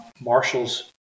Marshall's